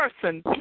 person